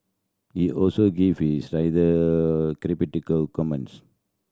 he also gave his rather comments